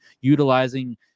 utilizing